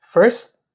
First